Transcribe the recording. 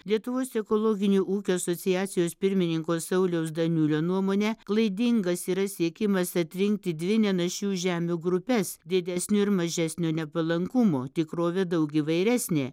lietuvos ekologinių ūkio asociacijos pirmininko sauliaus daniulio nuomone klaidingas yra siekimas atrinkti dvi nenašių žemių grupes didesnio ir mažesnio nepalankumo tikrovė daug įvairesnė